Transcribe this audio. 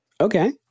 Okay